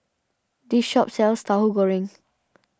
this shop sells Tauhu Goreng